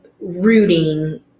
rooting